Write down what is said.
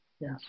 Yes